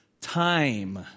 Time